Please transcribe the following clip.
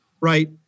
Right